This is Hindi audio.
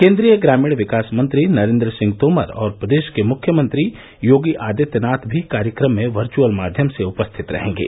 केन्द्रीय ग्रामीण विकास मंत्री नरेन्द्र सिंह तोमर और प्रदेश के मुख्यमंत्री योगी आदित्यनाथ भी कार्यक्रम में वर्चुअल माध्यम से उपस्थित रहेंगे